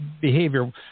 behavior